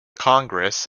congress